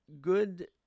Good